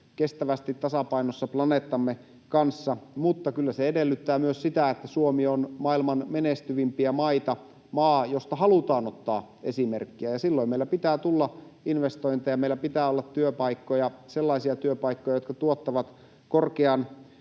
kestävästi, tasapainossa planeettamme kanssa. Mutta kyllä se edellyttää myös sitä, että Suomi on maailman menestyvimpiä maita, maa, josta halutaan ottaa esimerkkiä. Ja silloin meillä pitää tulla investointeja, meillä pitää olla työpaikkoja, sellaisia työpaikkoja, jotka tuottavat